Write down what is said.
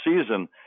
season